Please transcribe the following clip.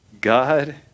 God